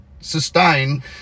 sustain